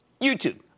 YouTube